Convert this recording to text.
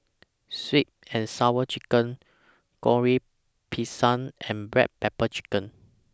Sweet and Sour Chicken Goreng Pisang and Black Pepper Chicken